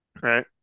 right